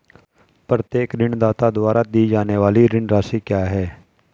प्रत्येक ऋणदाता द्वारा दी जाने वाली ऋण राशि क्या है?